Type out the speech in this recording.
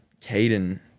Caden